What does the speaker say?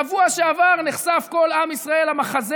בשבוע שעבר נחשף כל עם ישראל למחזה